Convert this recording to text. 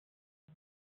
les